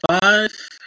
five